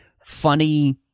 funny